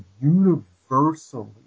universally